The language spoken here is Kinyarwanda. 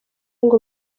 ngo